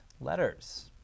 letters